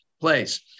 place